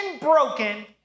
broken